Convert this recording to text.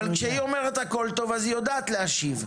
כשהיא אומרת הכול טוב אז היא יודעת להשיב.